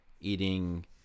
eating